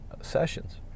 sessions